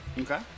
Okay